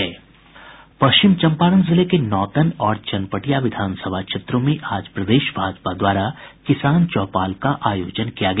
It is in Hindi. पश्चिम चंपारण जिले के नौतन और चनपटिया विधानसभा क्षेत्रों में आज प्रदेश भाजपा द्वारा किसान चौपाल का आयोजन किया गया